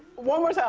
one more